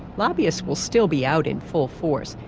lobbyists will still be out in full force,